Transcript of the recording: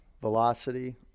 velocity